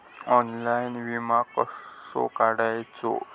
Online विमो कसो काढायचो?